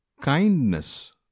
Kindness